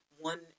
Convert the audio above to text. one